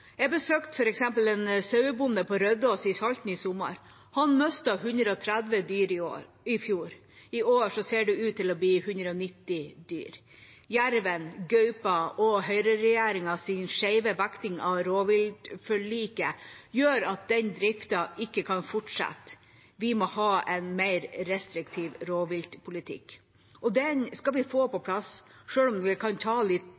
Jeg besøkte f.eks. en sauebonde på Rødås i Salten i sommer. Han mistet 130 dyr i fjor. I år ser det ut til å bli 190 dyr. Jerven, gaupa og høyreregjeringas skjeve vekting av rovviltforliket gjør at den drifta ikke kan fortsette. Vi må ha en mer restriktiv rovviltpolitikk, og den skal vi få på plass, selv om det kan ta litt